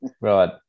Right